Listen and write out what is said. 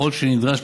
וככל שנדרש,